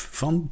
van